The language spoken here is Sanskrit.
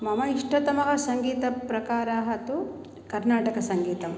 मम इष्टतमः सङ्गीतप्रकारः तु कर्नाटकसङ्गीतम्